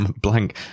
blank